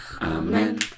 Amen